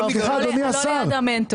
סליחה, אדוני השר.